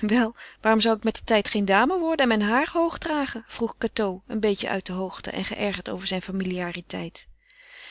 wel waarom zou ik mettertijd geen dame worden en mijn haar hoog dragen vroeg cateau een beetje uit de hoogte en geërgerd over zijn familiariteit